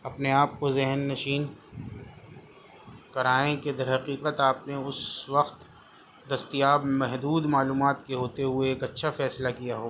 اپنے آپ کو ذہن نشین کرائیں کہ درحقیقت آپ نے اس وقت دستیاب محدود معلومات کے ہوتے ہوئے ایک اچھا فیصلہ کیا ہو